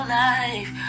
life